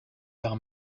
par